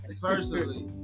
personally